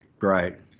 Right